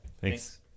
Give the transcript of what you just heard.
Thanks